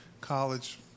college